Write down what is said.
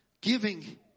giving